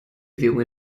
bewegung